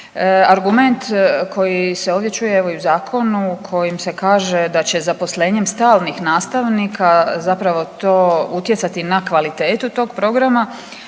Argument koji se ovdje čuje evo i u zakonu kojim se kaže da će zaposlenjem stalnih nastavnika zapravo to utjecati na kvalitetu tog programa